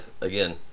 again